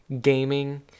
gaming